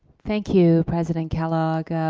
thank you, president kellogg.